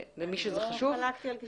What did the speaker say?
לא חלקתי על גישתך,